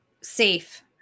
safe